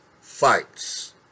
fights